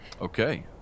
okay